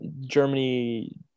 Germany